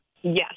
Yes